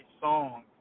song